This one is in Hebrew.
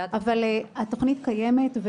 התוכנית קיימת.